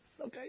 Okay